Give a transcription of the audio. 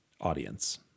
audience